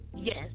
Yes